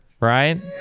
right